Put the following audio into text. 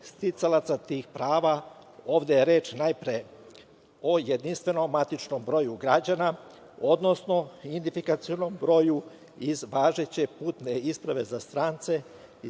sticalaca tih prava. Ovde je reč najpre o jedinstvenom matičnom broju građana, odnosno identifikacionom broju iz važeće putne isprave za strance